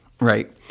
right